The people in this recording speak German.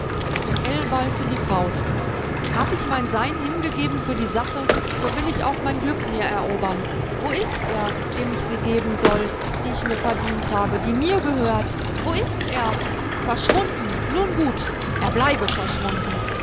ballte die faust hab ich mein sein hingegeben für die sache so will ich auch mein glück mir erobern wo ist er dem ich sie geben soll die ich mir verdient habe die mir gehört wo ist er verschwunden nun gut er bleibe verschwunden